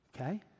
Okay